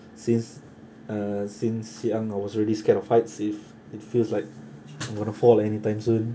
since uh since young I was really scared of heights it f~ it feels like I'm going to fall like anytime soon